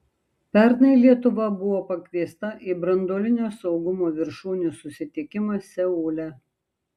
pernai lietuva buvo pakviesta į branduolinio saugumo viršūnių susitikimą seule